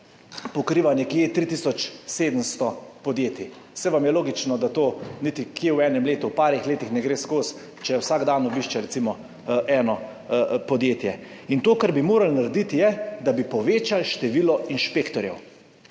pokriva nekje 3 tisoč 700 podjetij. Saj vam je logično, da to niti v enem letu oziroma par letih ne gre skozi, če vsak dan obišče recimo eno podjetje. To, kar bi morali narediti, je, da bi povečali število inšpektorjev,